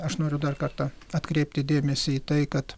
aš noriu dar kartą atkreipti dėmesį į tai kad